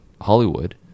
hollywood